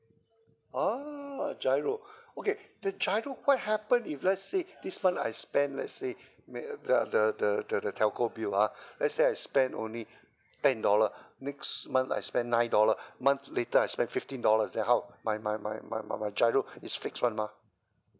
ah GIRO okay the GIRO what happen if let's say this month I spend let's say may there are the the the telco bill ah let's say I spend only ten dollar next month I spend nine dollar month later I spend fifteen dollars then how my my my my my my GIRO is fixed one mah